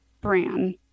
Bran